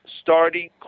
starting